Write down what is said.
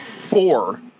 four